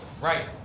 Right